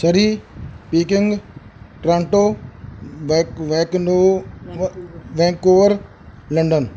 ਸਰੀ Peking Toronto ਵੈਕ ਵੈਕਨੁ Vancouver London